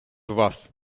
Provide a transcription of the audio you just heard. вас